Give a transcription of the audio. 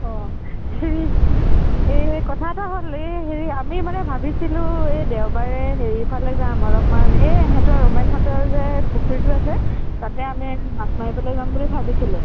অ এই কথা এটা হ'ল এই হেৰি আমি মানে ভাবিছিলোঁ এই দেওবাৰে হেৰিফালে যাম অলপমান এই এহেঁতৰ ৰমেনহঁতৰ যে পুখুৰীটো আছে তাতে আমি মাছ মাৰিবলৈ যাম বুলি ভাবিছিলোঁ